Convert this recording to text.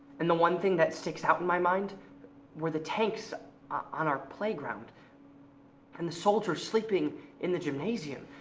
and the one thing that sticks out in my mind were the tanks on our playground and the soldiers sleeping in the gymnasium.